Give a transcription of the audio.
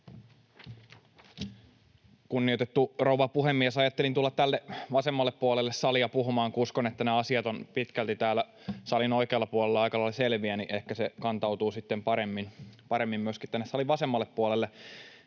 Kunnioitettu rouva puhemies! Ajattelin tulla tälle vasemmalle puolelle salia puhumaan, kun uskon, että nämä asiat ovat pitkälti täällä salin oikealla puolella aika lailla selviä, niin ehkä se kantautuu sitten paremmin myöskin tänne salin vasemmalle puolelle.